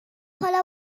حالا